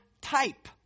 type